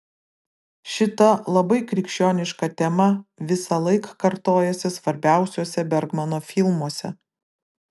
šita labai krikščioniška tema visąlaik kartojasi svarbiausiuose bergmano filmuose